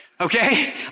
Okay